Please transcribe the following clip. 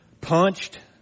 punched